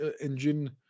engine